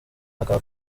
akaba